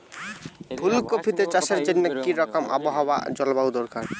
ফুল কপিতে চাষের জন্য কি রকম আবহাওয়া ও জলবায়ু দরকার?